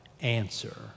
answer